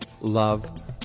love